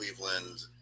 Cleveland